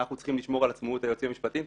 אנחנו צריכים לשמור על עצמאות היועצים המשפטיים.